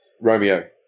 Romeo